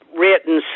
written